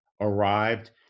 arrived